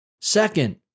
Second